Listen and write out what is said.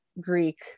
Greek